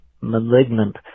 malignant